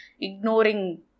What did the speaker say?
ignoring